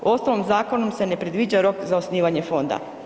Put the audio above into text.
U ostalom zakonom se ne predviđa rok za osnivanje fonda.